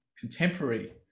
contemporary